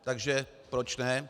Takže proč ne.